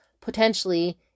potentially